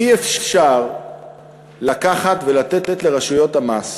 אי-אפשר לקחת ולתת לרשויות המס